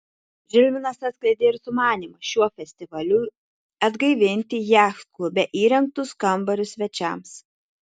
žilvinas atskleidė ir sumanymą šiuo festivaliu atgaivinti jachtklube įrengtus kambarius svečiams